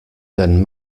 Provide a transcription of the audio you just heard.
then